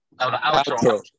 outro